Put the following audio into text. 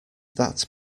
that